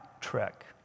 trek